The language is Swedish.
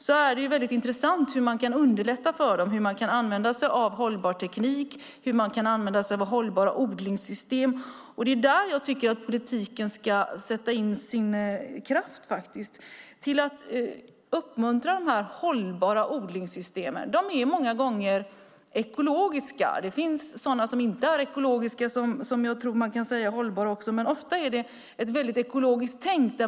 Då är det väldigt intressant hur man kan underlätta för dem och hur man kan använda sig av hållbar teknik och hållbara odlingssystem. Det är där jag tycker att politiken ska sätta in sin kraft: på att uppmuntra de hållbara odlingssystemen. De är många gånger ekologiska. Det finns sådana som inte är ekologiska men som jag tror man kan säga också är hållbara, men ofta är det ett väldigt ekologiskt tänk.